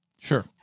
Sure